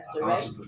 right